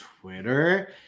Twitter